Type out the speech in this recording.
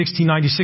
1696